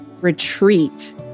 retreat